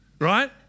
Right